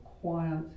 quiet